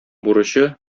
бурычы